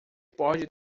pode